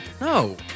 No